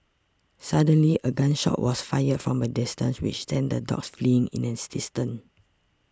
suddenly a gun shot was fired from a distance which sent the dogs fleeing in an instant